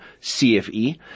CFE